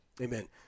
Amen